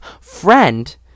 friend